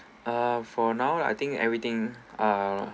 uh for now I think everything uh